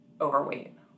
overweight